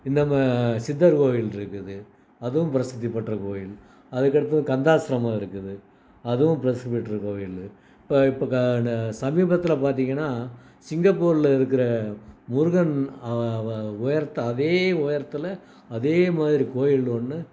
இந்தம சித்தர் கோவில் இருக்குது அதுவும் பிரசித்தி பெற்ற கோயில் அதுக்கடுத்தது கந்தாஸ்ரமம் இருக்குது அதுவும் பிரசித்தி பெற்ற கோவிலு இப்போ க இந்த சமீபத்தில் பார்த்தீங்கன்னா சிங்கப்பூர்ல இருக்கிற முருகன் வ உயரத்தை அதே உயரத்தில் அதேமாதிரி கோயில் ஒன்று